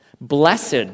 Blessed